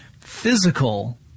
physical